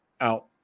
out